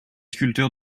sculpteur